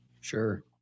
Sure